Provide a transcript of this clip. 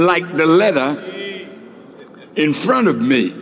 like the letter in front of me